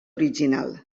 original